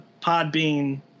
Podbean